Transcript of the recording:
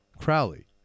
Crowley